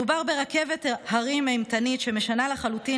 מדובר ברכבת הרים אימתנית שמשנה לחלוטין